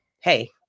hey